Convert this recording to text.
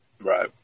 Right